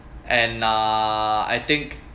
and err I think